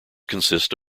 consist